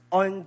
on